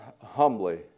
humbly